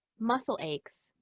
muscle aches,